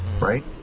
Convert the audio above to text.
Right